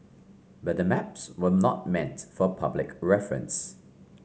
but the maps were not meant for public reference